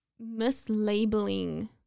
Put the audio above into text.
mislabeling